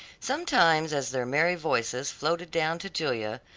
sometimes as their merry voices floated down to julia,